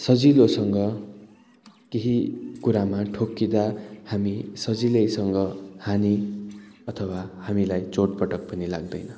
सजिलोसँग केही कुरामा ठोकिँदा हामी सजिलैसँग हानि अथवा हामीलाई चोटपटक पनि लाग्दैन